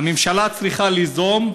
הממשלה צריכה ליזום,